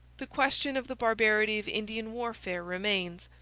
the question of the barbarity of indian warfare remains.